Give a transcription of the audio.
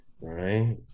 right